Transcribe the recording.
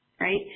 right